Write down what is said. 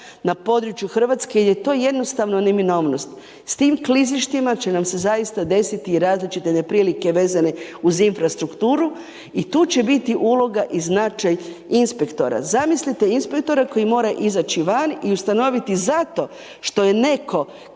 na području Hrvatske jer je to jednostavno neminovnost. S tim klizištima će nam se zaista desiti i različite neprilike vezane uz infrastrukturu i tu će biti uloga i značaj inspektora. Zamislite inspektora koji mora izaći van i ustanoviti zato što je netko